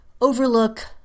overlook